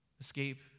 escape